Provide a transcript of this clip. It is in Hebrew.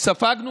אכן ספגנו